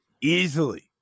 easily